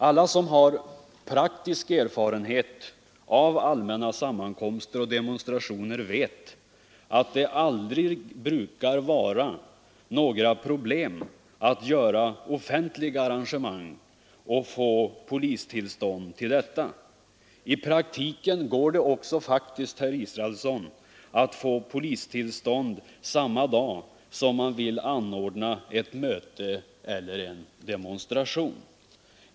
Alla som har praktisk erfarenhet av allmänna sammankoms ter och demonstrationer vet att det aldrig brukar vara några problem att göra offentliga arrangemang och få polistillstånd till dessa. I praktiken går det också faktiskt, herr Israelsson, att få polistillstånd samma dag som man vill anordna ett möte eller en demonstration.